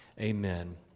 Amen